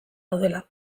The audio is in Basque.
daudela